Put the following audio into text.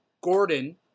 Gordon